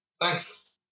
Thanks